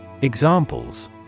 Examples